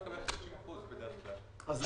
בדרך כלל אם